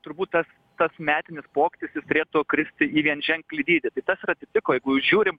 turbūt tas tas metinis pokytis turėtų kristi į vienženklį dydį tai tas ir atsitiko jeigu žiūrim